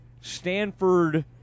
stanford